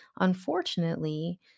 Unfortunately